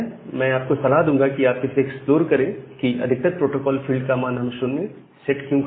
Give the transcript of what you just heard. मैं आपको सलाह दूंगा कि आप इसे एक्सप्लोर करें कि अधिकतर प्रोटोकॉल फील्ड मान हम 0 सेट क्यों करते हैं